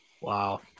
Wow